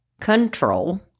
control